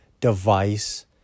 device